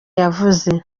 yavuze